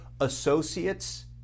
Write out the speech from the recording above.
associates